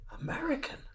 American